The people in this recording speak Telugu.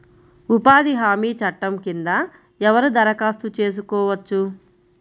ఉపాధి హామీ చట్టం కింద ఎవరు దరఖాస్తు చేసుకోవచ్చు?